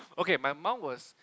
okay my mum was